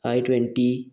I twenty